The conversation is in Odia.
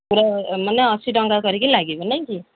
ପୁରା ମାନେ ଅଶୀ ଟଙ୍କା କରିକି ଲାଗିବ ନାଇ କି